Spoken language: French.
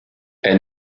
est